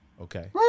Okay